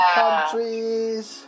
countries